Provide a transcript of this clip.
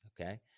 okay